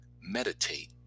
meditate